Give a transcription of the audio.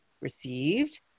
received